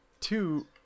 two